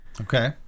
okay